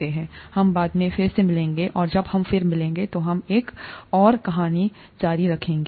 हम बाद में फिर से मिलेंगे और जब हम फिर से मिलेंगे तो हम एक और कहानी जारी रखेंगे